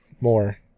more